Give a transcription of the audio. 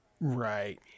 Right